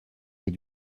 est